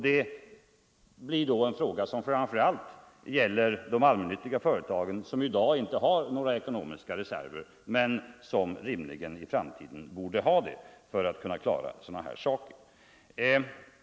Det blir framför allt en fråga för de allmännyttiga företagen, som i dag inte har några ekonomiska reserver men som rimligen i framtiden borde ha sådana för detta ändamål.